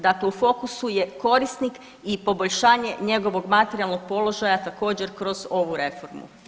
Dakle, u fokusu je korisnik i poboljšanje njegovog materijalnog položaja također kroz ovu reformu.